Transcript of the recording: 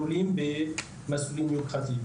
במסלולים מיוחדים עבור העולים.